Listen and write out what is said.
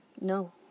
No